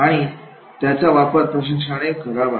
आणि त्याचा वापर प्रशिक्षकणे करावा